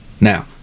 Now